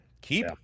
keep